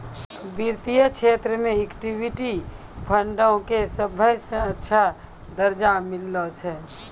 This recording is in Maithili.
वित्तीय क्षेत्रो मे इक्विटी फंडो के सभ्भे से अच्छा दरजा मिललो छै